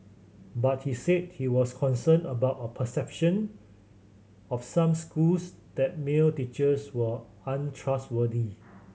but he said he was concerned about a perception of some schools that male teachers were untrustworthy